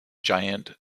giant